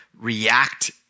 react